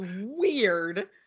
weird